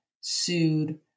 sued